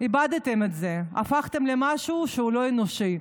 איבדתם את זה, הפכתם למשהו שהוא לא אנושי.